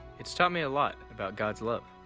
it's taught me a lot about god's love.